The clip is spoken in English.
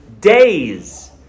days